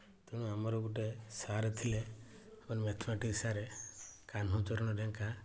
ତେଣୁ ଆମର ଗୁଟେ ସାର୍ ଥିଲେ ମ୍ୟାଥମ୍ୟାଟିକସ୍ ସାର୍ କାହ୍ନୁ ଚରଣ ଲେଙ୍କା